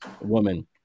woman